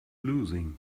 losing